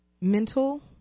Mental